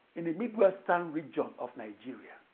in the midwestern region of nigeria.